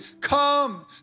Come